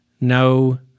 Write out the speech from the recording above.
no